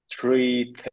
three